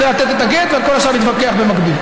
צריך לתת את הגט, ועל כל השאר נתווכח במקביל.